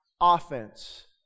Offense